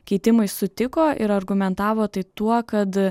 keitimais sutiko ir argumentavo tai tuo kad